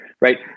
right